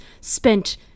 spent